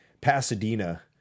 Pasadena